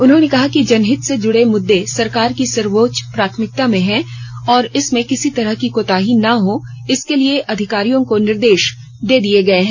उन्होंने कहा कि जनहित से जुड़े मुद्दे सरकार की सर्वोच्च प्राथमिकता में हैं और इसमें किसी तरह की कोताही ना हो इसके लिए अधिकारियों को निर्देश दे दिए गए हैं